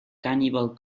cannibal